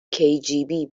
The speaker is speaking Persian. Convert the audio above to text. kgb